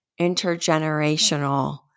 intergenerational